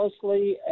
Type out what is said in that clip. closely